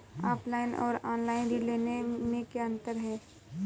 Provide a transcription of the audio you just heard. Offline और online ऋण लेने में क्या अंतर है?